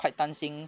太担心